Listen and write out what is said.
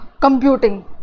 computing